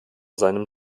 seinem